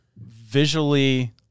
visually